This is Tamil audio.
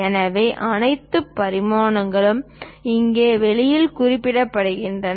எனவே அனைத்து பரிமாணங்களும் இங்கே வெளியில் குறிப்பிடப்பட்டுள்ளன